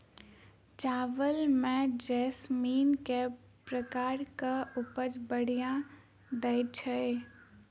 चावल म जैसमिन केँ प्रकार कऽ उपज बढ़िया दैय छै?